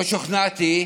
לא שוכנעתי,